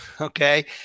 Okay